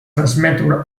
transmet